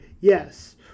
Yes